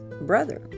brother